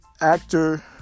actor